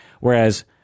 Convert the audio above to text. Whereas